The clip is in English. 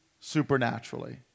supernaturally